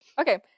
Okay